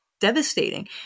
devastating